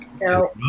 no